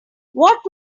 what